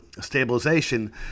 stabilization